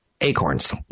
Acorns